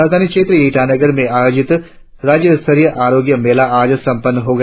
राजधानी क्षेत्र ईटानगर में आयोजित राज्य स्तरीय आरोग्य मेला आज संपन्न हो गया